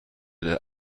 the